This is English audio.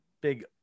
big